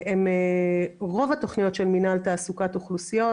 רוב התוכניות של מנהל תעסוקת אוכלוסיות,